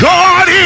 God